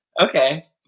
Okay